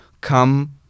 come